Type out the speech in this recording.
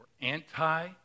anti